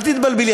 אל תתבלבלי,